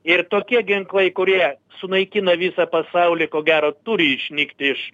ir tokie ginklai kurie sunaikina visą pasaulį ko gero turi išnykti iš